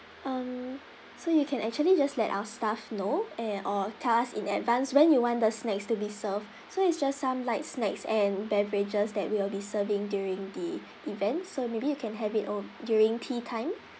um so you can actually just let our staff know and or tell us in advance when you want the snacks to be served so it's just some light snacks and beverages that we will be serving during the event so maybe you can have it on during tea time